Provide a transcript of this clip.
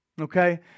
Okay